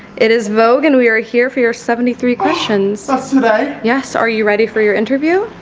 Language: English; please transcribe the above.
it is vogue. and we are here for your seventy three questions ah somebody yes, are you ready for your interview?